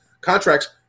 contracts